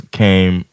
came